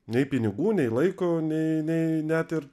nei pinigų nei laiko nei nei net ir